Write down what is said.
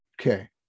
okay